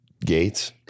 Gates